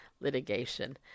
litigation